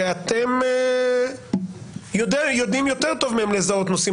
שאתם יודעים יותר טוב מהם לזהות נושאים